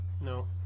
No